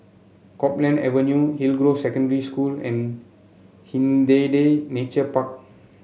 Copeland Avenue Hillgrove Secondary School and Hindhede Nature Park